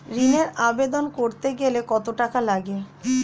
ঋণের আবেদন করতে গেলে কত টাকা লাগে?